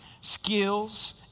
skills